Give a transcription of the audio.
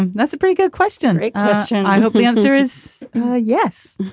and that's a pretty good question. question i hope the answer is yes